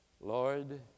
Lord